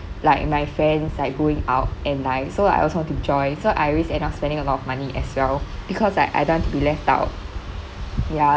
like my friends like going out at night so like I also want to join so I always end up spending a lot of money as well because like I don't want to be left out ya